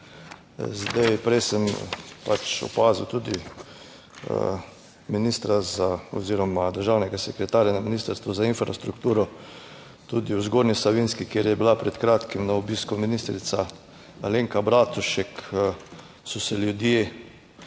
Zdaj, prej sem pač opazil tudi ministra za oziroma državnega sekretarja na Ministrstvu za infrastrukturo, tudi v Zgornji Savinjski, kjer je bila pred kratkim na obisku ministrica Alenka Bratušek, so se ljudje tam ob